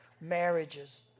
marriages